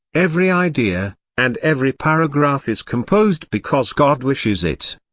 every idea, and every paragraph is composed because god wishes it.